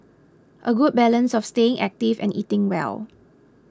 a good balance of staying active and eating well